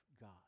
God